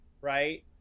Right